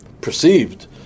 perceived